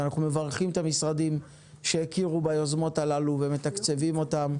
ואנחנו מברכים את המשרדים שהכירו ביוזמות הללו ומתקצבים אותן,